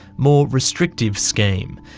more restrictive scheme.